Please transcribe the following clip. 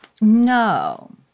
No